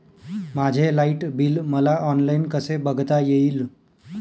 माझे light bill मला online कसे बघता येईल?